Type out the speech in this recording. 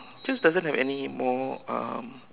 just doesn't have anymore um